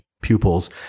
pupils